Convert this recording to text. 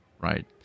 right